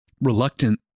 reluctant